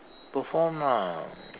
perform lah